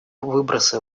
выбросы